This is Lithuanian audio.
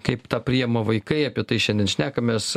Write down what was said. kaip tą priima vaikai apie tai šiandien šnekamės